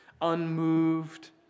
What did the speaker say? unmoved